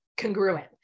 congruent